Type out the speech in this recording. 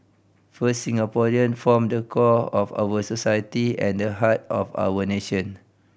first Singaporean form the core of our society and the heart of our nation